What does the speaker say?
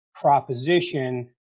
proposition